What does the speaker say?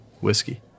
whiskey